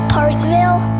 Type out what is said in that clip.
Parkville